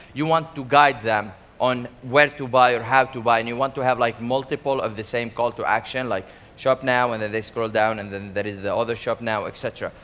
you want to guide them on where to buy, or how to buy. and you want to have like multiple of the same call to action like shop now and then they scroll down and then there is the other shop now, etc.